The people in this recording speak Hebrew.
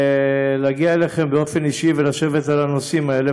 להגיע אליכם באופן אישי ולשבת על הנושאים האלה,